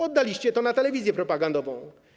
Oddaliście to na telewizję propagandową.